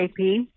JP